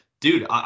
dude